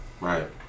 Right